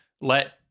let